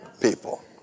people